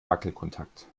wackelkontakt